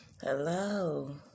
Hello